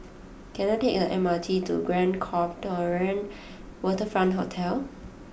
can I take the M R T to Grand Copthorne Waterfront Hotel